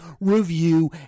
review